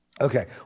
Okay